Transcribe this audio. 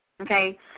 Okay